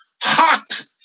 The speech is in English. hot